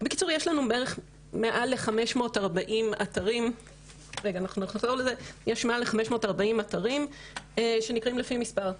בקיצור יש לנו בערך מעל ל- 540 אתרים שנקראים לפי מספר,